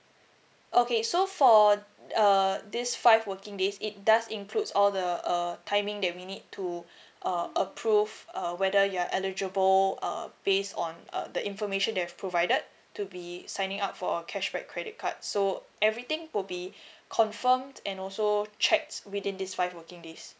okay so for err these five working days it does includes all the uh timing that we need to uh approve uh whether you are eligible uh based on uh the information they have provided to be signing up for cashback credit card so everything will be confirmed and also checked within these five working days